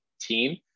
team